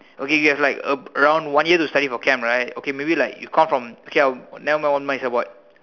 okay you have like a around one year to study for Chem right okay maybe like you count from okay never mind one it's about